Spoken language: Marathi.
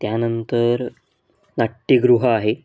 त्यानंतर नाट्यगृह आहे